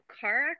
car